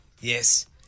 yes